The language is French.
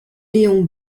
léon